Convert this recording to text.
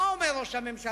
מאה אחוז.